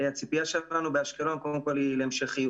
הציפייה שלנו באשקלון היא קודם כול להמשכיות.